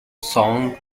song